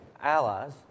allies